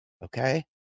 Okay